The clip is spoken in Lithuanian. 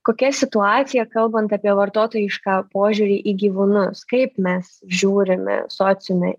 kokia situacija kalbant apie vartotojišką požiūrį į gyvūnus kaip mes žiūrime sociume